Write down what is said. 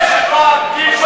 אתה משקר.